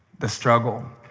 the struggle,